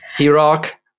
Iraq